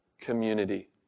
community